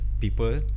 People